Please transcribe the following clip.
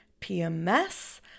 PMS